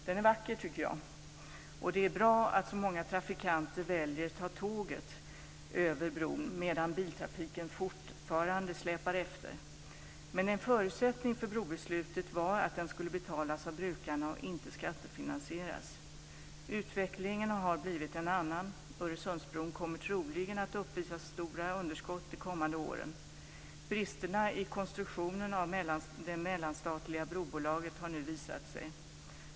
Den är vacker, tycker jag, och det är bra att många trafikanter väljer att ta tåget, medan biltrafiken fortfarande släpar efter. Men en förutsättning för brobeslutet var att den skulle betalas av brukarna och inte skattefinansieras. Utvecklingen har blivit en annan. Öresundsbron kommer troligen att uppvisa stora underskott de kommande åren. Bristerna i konstruktionen av det mellanstatliga brobolaget har nu visat sig.